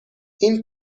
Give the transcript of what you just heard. این